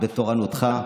בתורנותך.